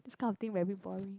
this kind of thing very boring